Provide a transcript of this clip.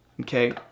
Okay